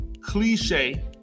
cliche